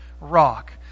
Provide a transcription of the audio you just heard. rock